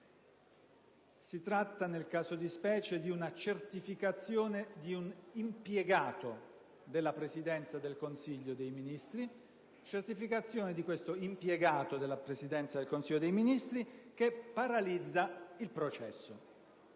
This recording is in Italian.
Si tratta, nel caso di specie, di una certificazione di un impiegato della Presidenza del Consiglio dei ministri, certificazione che paralizza il processo.